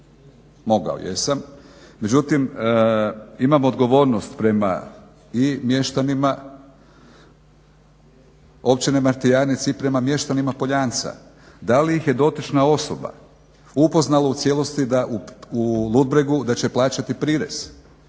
mogao jesam, međutim imam odgovornost prema i mještanima Općine Martijanec i prema mještanima Poljanca. Da li ih je dotična osoba upoznala u cijelosti da u Ludbregu da će plaćati prirez,